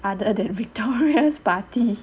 other than victoria party